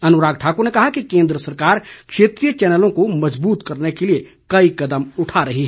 अनुराग ठाकुर ने कहा कि केन्द्र सरकार क्षेत्रीय चैनलों को मजबूत करने के लिए कई कदम उठा रही है